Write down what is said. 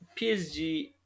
psg